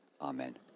Amen